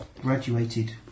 graduated